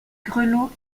grelots